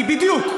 כי בדיוק,